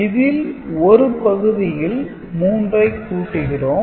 இதில் ஒரு பகுதியில் 3 ஐக் கூட்டுகிறோம்